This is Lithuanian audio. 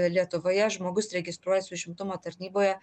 lietuvoje žmogus registruojasi užimtumo tarnyboje